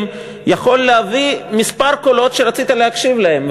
יכול להביא כמה קולות שרצית להקשיב להם.